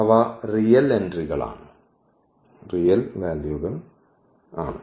അവ റിയൽ എൻട്രികൾ ആണ്